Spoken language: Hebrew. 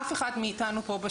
אף אחד מאיתנו פה,